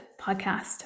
podcast